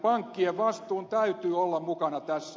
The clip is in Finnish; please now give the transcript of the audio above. pankkien vastuun täytyy olla mukana tässä